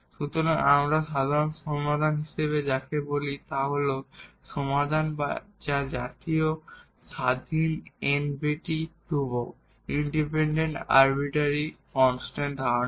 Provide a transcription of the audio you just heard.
সুতরাং আমরা সাধারণ সমাধান হিসাবে যাকে বলি তা হল সমাধান যা ইন্ডিপেন্ডেট আরবিটারি ধ্রুবক ধারণ করে